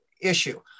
issue